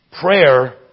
Prayer